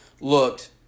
looked